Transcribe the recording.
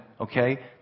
okay